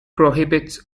prohibits